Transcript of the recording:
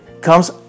comes